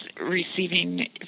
receiving